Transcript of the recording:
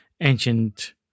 ancient